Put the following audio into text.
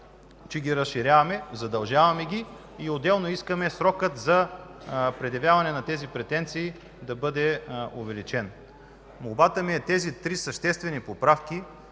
че ги разширяваме, а ги задължаваме. Отделно искаме и срокът за предявяване на тези претенции да бъде увеличен. Молбата ми е тези три съществени поправки,